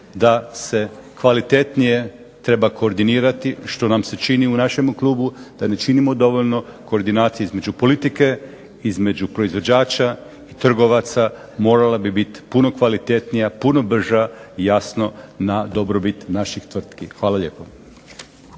da se kvalitetnije treba koordinirati što nam se čini u našemu klubu da ne činimo dovoljno koordinacije između politike, između proizvođača i trgovaca. Morala bi biti puno kvalitetnija, puno brža, jasno na dobrobit naših tvrtki. Hvala lijepo.